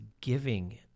giving